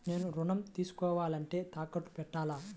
నేను ఋణం తీసుకోవాలంటే తాకట్టు పెట్టాలా?